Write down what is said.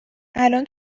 الان